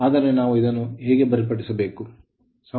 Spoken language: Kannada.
ಆದರೆ ನಾವು ಇದನ್ನು ಹೇಗೆ ಬೇರ್ಪಡಿಸುತ್ತೇವೆ